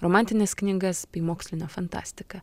romantines knygas bei mokslinę fantastiką